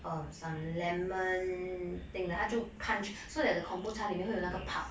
um some lemon thing like 他就 punch so that the compost 才里面有那个 pulp